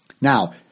Now